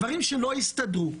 דברים שלא הסתדרו.